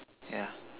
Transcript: yeah